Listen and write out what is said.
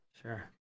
Sure